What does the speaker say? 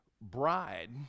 bride